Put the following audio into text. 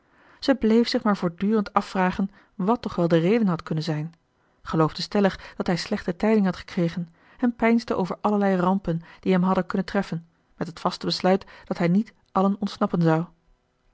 zij bleef zich maar voortdurend afvragen wat toch wel de reden had kunnen zijn geloofde stellig dat hij slechte tijding had gekregen en peinsde over allerlei rampen die hem hadden kunnen treffen met het vaste besluit dat hij niet allen ontsnappen zou